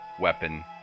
weapon